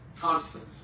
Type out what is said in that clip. constant